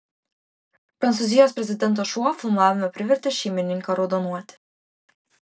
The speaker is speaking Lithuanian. prancūzijos prezidento šuo filmavime privertė šeimininką raudonuoti